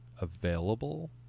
available